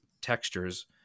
textures